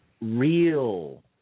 real